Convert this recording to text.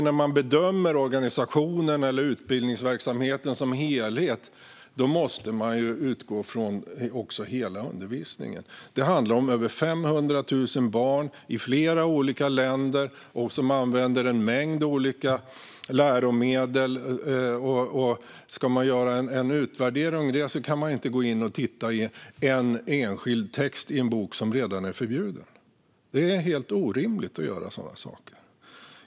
När man bedömer organisationen eller utbildningsverksamheten som helhet måste man utgå från hela undervisningen. Det handlar om över 500 000 barn i flera olika länder och som använder en mängd olika läromedel. Ska man göra en utvärdering av det kan man inte gå in och titta i en enskild text i en bok som redan är förbjuden. Det är helt orimligt att göra sådana saker.